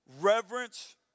reverence